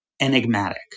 enigmatic